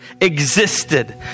existed